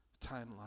timeline